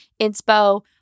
inspo